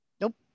Nope